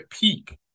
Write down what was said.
peak